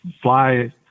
fly